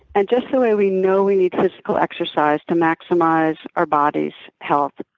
and just the way we know we need physical exercise to maximize our body's health,